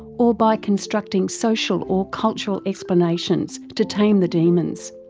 or by constructing social or cultural explanations to tame the demons.